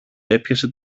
έπιασε